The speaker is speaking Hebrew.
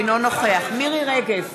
אינו נוכח מירי רגב,